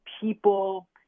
people